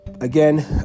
again